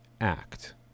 act